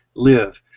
live.